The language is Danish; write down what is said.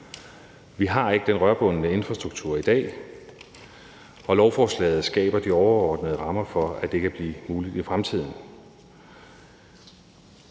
Vi har ikke den rørbundne infrastruktur i dag, og lovforslaget skaber de overordnede rammer for, at det kan blive muligt i fremtiden.